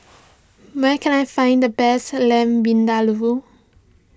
where can I find the best Lamb Vindaloo